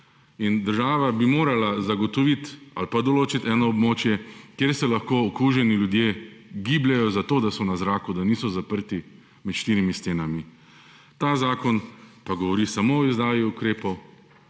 Država bi morala zagotoviti ali pa določiti eno območje, kjer se lahko okuženi ljudje gibljejo, zato da so na zraku, da niso zaprti med štirimi stenami. Ta zakon pa govori samo o izdaji ukrepov,